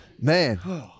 Man